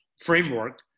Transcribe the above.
framework